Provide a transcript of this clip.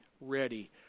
ready